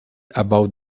about